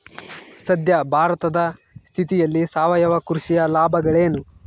ಸದ್ಯ ಭಾರತದ ಸ್ಥಿತಿಯಲ್ಲಿ ಸಾವಯವ ಕೃಷಿಯ ಲಾಭಗಳೇನು?